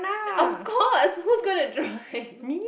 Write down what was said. of course who's going to drive